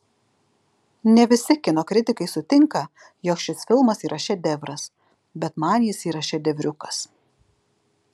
ne visi kino kritikai sutinka jog šis filmas yra šedevras bet man jis yra šedevriukas